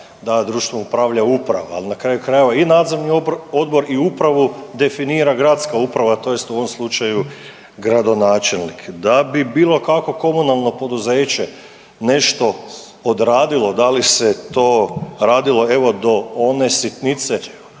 da društvom upravlja uprava ali na kraju krajeva i nadzorni odbor i upravu definira gradska uprava tj. u ovom slučaju gradonačelnik. Da bi bilo kakvo komunalno poduzeće nešto odradilo, da li se to radilo evo do one sitnice